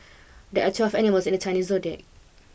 there are twelve animals in the Chinese Zodiac